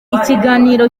ikiganiro